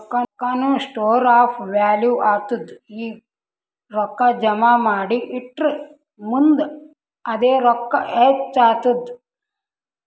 ರೊಕ್ಕಾನು store of value ಆತ್ತುದ್ ಈಗ ರೊಕ್ಕಾ ಜಮಾ ಮಾಡಿ ಇಟ್ಟುರ್ ಮುಂದ್ ಅದೇ ರೊಕ್ಕಾ ಹೆಚ್ಚ್ ಆತ್ತುದ್